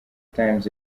times